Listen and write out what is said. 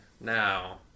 now